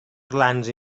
clans